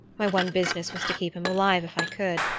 my one business was to keep him alive if i could.